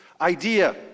idea